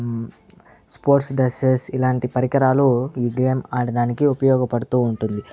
sports dresses ఇలాంటి పరికరాలు ఈ గేమ్ ఆడడానికి ఉపయోగపడుతూ ఉంటుంది